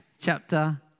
chapter